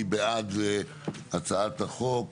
מי בעד הצעת חוק